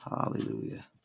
hallelujah